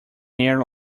air